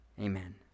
Amen